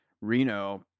Reno